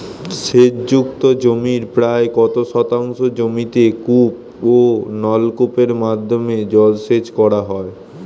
সেচ যুক্ত জমির প্রায় কত শতাংশ জমিতে কূপ ও নলকূপের মাধ্যমে জলসেচ করা হয়?